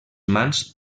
mans